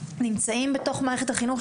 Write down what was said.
שנמצאים בתוך מערכת החינוך,